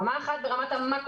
רמה אחת היא רמה המקרו,